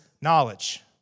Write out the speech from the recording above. knowledge